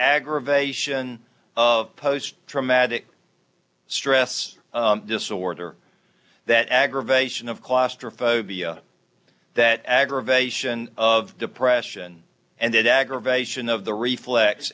aggravation of post traumatic stress disorder that aggravation of claustrophobia that aggravation of depression and aggravation of the reflex